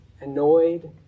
annoyed